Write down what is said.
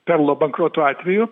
perlo bankroto atveju